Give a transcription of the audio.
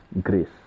grace